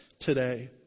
today